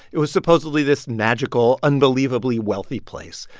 it was supposedly this magical, unbelievably wealthy place.